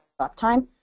uptime